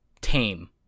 tame